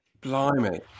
Blimey